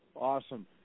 Awesome